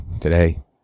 today